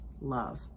love